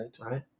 right